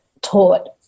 taught